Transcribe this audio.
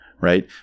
right